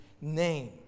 name